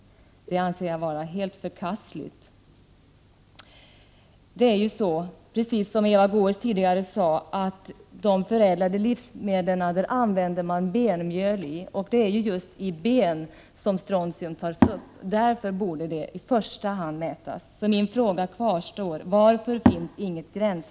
Detta anser jag helt förkastligt. Som Eva Goés sade används benmjöl i de förädlade livsmedlen, och det är ju just i ben som strontium tas upp. Därför borde det i första hand mätas.